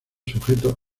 sujeto